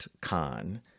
khan